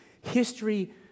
History